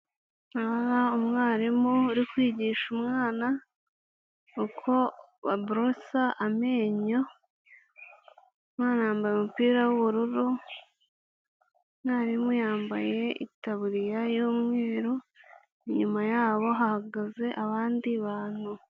Umwarimu uri kwigisha umwana uko baborosa amenyo, umwana yambaye umupira w'ubururu, mwarimu yambaye itaburiya y'umweru, inyuma yabo hagaze abandi bantu.